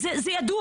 זה ידוע.